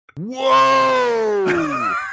Whoa